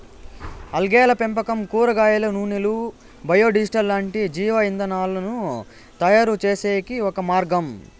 ఆల్గేల పెంపకం కూరగాయల నూనెలు, బయో డీజిల్ లాంటి జీవ ఇంధనాలను తయారుచేసేకి ఒక మార్గం